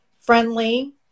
friendly